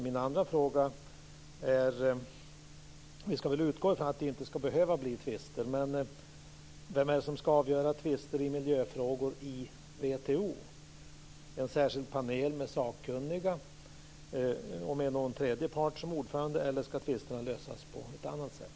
Min andra fråga är denna: Vi ska väl utgå ifrån att det inte ska behöva bli tvister, men vem är det som ska avgöra tvister i miljöfrågor i WTO: en särskild panel med sakkunniga och med någon tredje part som ordförande, eller ska tvisterna lösas på ett annat sätt?